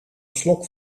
slok